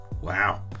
Wow